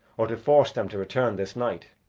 or to force them to return this night.